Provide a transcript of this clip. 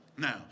Now